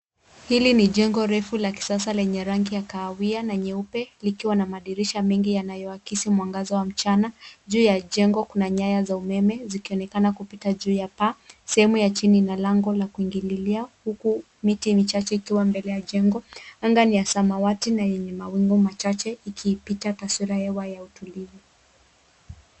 Hili ni jengo refu la kisasa lenye rangi ya kahawia na nyeupe likiwa na madirisha mengi yanayoakisi mwangaza wa mchana. Juu ya jengo kuna nyaya za umeme zikionekana kupita juu ya paa. Sehemu ya chini ina lango la kuingililia huku miti michache ikiwa mbele ya jengo. Angaa ni ya samawati na yenye mawingu machache ikipita taswira ya hewa ya utulivu.